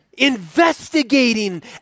investigating